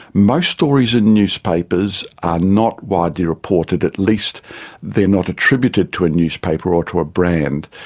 most stories in newspapers are not widely reported, at least they are not attributed to a newspaper or to a brand.